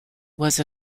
was